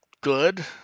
good